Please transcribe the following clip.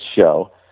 show